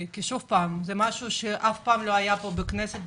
כי זה משהו שלא היה לפני כן בכנסת,